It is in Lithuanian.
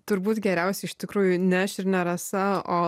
turbūt geriausia iš tikrųjų ne aš ir ne rasa o